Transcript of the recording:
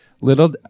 Little